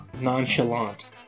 Nonchalant